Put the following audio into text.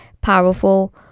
powerful